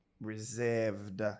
reserved